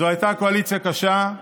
זאת הייתה קואליציה קשה,